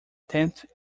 tenth